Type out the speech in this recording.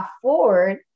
afford